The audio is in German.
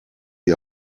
die